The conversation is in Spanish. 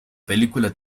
película